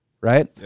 Right